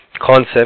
concept